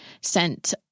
sent